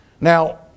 Now